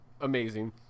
amazing